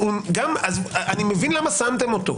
גם מקרים שהיו פה של בוועדה,